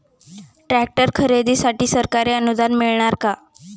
Tractor खरेदीसाठी सरकारी अनुदान मिळणार का?